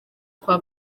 kwa